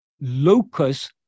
locus